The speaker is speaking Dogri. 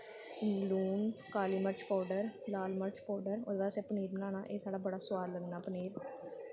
लून काली मर्च पोडर लाल मर्च पोडर ओह्दे बाद असें पनीर बनाना एह् साढ़ा बड़ा सोआद लग्गना पनीर